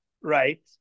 right